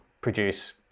produce